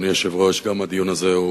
אדוני היושב-ראש, גם הדיון הזה הוא